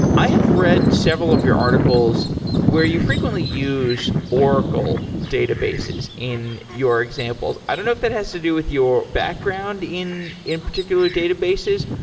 i have read several of your articles where you frequently use oracle databases in your examples. i don't know if that has to do with your background in in particular database.